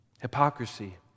Hypocrisy